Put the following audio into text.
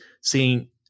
seeing